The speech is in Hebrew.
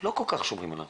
לא כל כך שומרים על הנחיות.